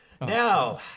now